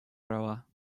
права